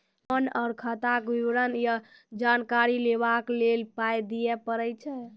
Loan आर खाताक विवरण या जानकारी लेबाक लेल पाय दिये पड़ै छै?